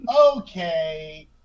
Okay